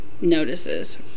notices